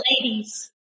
ladies